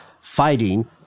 fighting